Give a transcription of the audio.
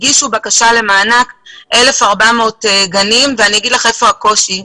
גנים הגישו בקשה למענק ואני אומר לך היכן הקושי.